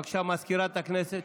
בבקשה, מזכירת הכנסת,